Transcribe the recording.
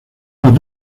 las